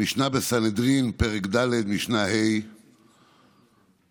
המשנה בסנהדרין פרק ד' משנה ה' אומרת: